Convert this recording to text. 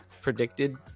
predicted